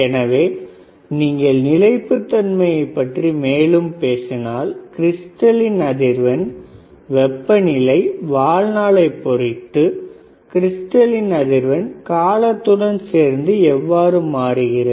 எனவே நீங்கள் நிலைப்புத் தன்மையை பற்றி மேலும் பேசினால் கிரிஸ்டலின் அதிர்வெண் வெப்பநிலை வாழ்நாளை பொறுத்து கிரிஸ்டலின் அதிர்வெண் காலத்துடன் சேர்ந்து எவ்வாறு மாறுகிறது